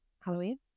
Halloween